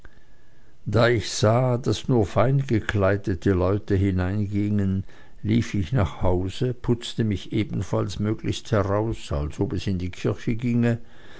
da ich sah daß nur feingekleidete leute hineingingen lief ich nach hause putzte mich ebenfalls möglichst heraus als ob es in die kirche ginge